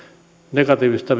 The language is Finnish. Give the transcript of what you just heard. negatiivisessa